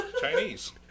Chinese